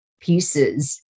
pieces